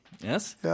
Yes